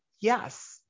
Yes